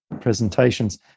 presentations